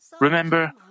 remember